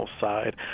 side